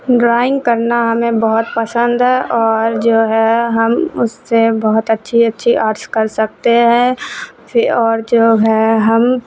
drawing کرنا ہمیں بہت پسند ہے اور جو ہے ہم اس سے بہت اچھی اچھی آرٹس کر سکتے ہیں اور جو ہے ہم